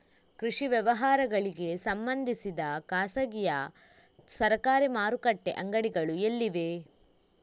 ಕೃಷಿ ವ್ಯವಹಾರಗಳಿಗೆ ಸಂಬಂಧಿಸಿದ ಖಾಸಗಿಯಾ ಸರಕಾರಿ ಮಾರುಕಟ್ಟೆ ಅಂಗಡಿಗಳು ಎಲ್ಲಿವೆ?